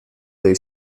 they